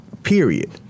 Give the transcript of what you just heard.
period